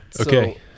okay